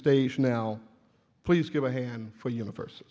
station now please give a hand for univers